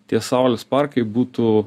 tie saulės parkai būtų